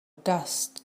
dust